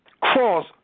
cross